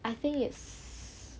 I think it's